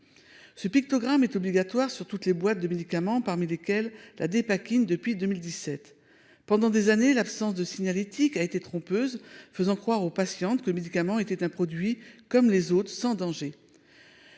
Ce pictogramme est obligatoire sur toutes les boîtes de médicaments parmi lesquels la dépakine depuis 2017. Pendant des années, l'absence de signalétique a été trompeuse faisant croire aux patientes que le médicament était un produit comme les autres sans danger.